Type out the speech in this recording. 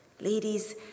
Ladies